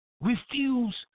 Refuse